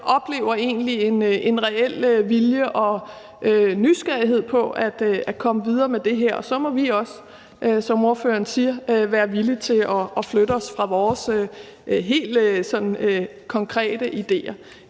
oplever egentlig en reel vilje og nysgerrighed i forhold til at komme videre med det her. Og så må vi også, som spørgeren siger, være villige til at flytte os fra vores sådan helt konkrete idéer.